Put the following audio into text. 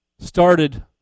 started